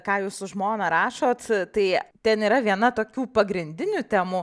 ką jūs su žmona rašot tai ten yra viena tokių pagrindinių temų